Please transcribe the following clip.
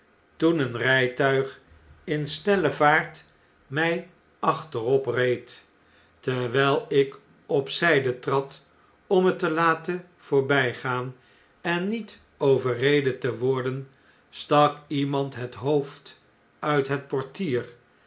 toen een rjjtuig in snelle vaart mg achterop reed terwn'l ik op zyde trad om het te laten voorbjjgaan en niet overreden te worden stak iemand het hoofd uit het portier